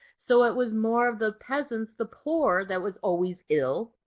so it was more of the peasants, the poor, that was always ill.